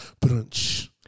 brunch